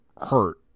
hurt